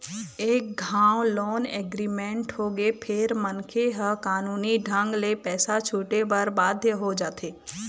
एक घांव loan agreement होगे फेर मनखे ह कानूनी ढंग ले पइसा छूटे बर बाध्य हो जाथे